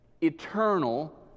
eternal